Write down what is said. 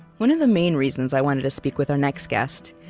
one of the main reasons i wanted to speak with our next guest,